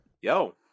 Yo